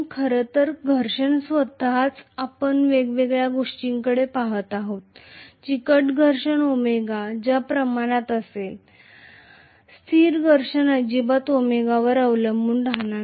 खरं तर घर्षण स्वतःच आपण वेगवेगळ्या गोष्टींकडे पहात आहोत चिकट घर्षण ω च्या प्रमाणात असेल स्थिर घर्षण अजिबात ω वर अवलंबून राहणार नाही